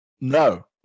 No